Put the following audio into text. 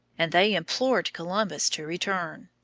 and they implored columbus to return.